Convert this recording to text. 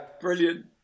Brilliant